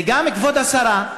וגם, כבוד השרה,